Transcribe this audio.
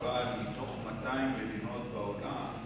אבל מתוך 200 מדינות בעולם,